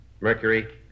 Mercury